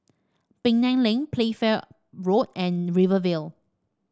Penang Lane Playfair Road and Rivervale